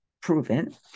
proven